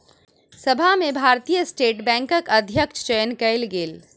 सभा में भारतीय स्टेट बैंकक अध्यक्षक चयन कयल गेल